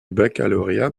baccalauréat